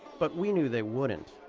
but we knew they wouldn't.